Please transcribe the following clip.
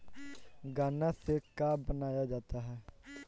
गान्ना से का बनाया जाता है?